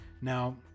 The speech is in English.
Now